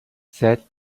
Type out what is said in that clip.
said